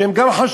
שהם גם חשובים,